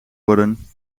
worden